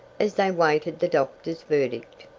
as they awaited the doctor's verdict.